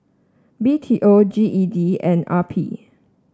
B T O G E D and R P